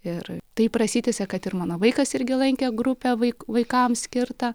ir taip prasitęsia kad ir mano vaikas irgi lankė grupę vaik vaikams skirtą